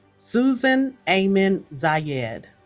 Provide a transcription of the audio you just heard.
susan ayman zayed